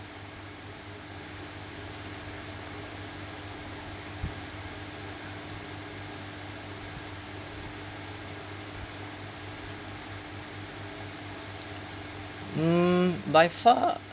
mm by far